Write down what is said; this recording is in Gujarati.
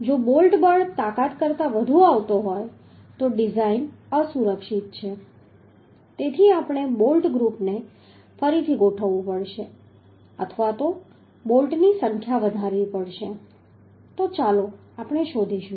જો બોલ્ટ બળ તાકાત કરતા વધુ આવતો હોય તો ડિઝાઈન અસુરક્ષિત છે તેથી આપણે બોલ્ટ ગ્રૂપને ફરીથી ગોઠવવું પડશે અથવા તો બોલ્ટની સંખ્યા વધારવી પડશે તો ચાલો આપણે શોધીશું